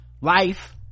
life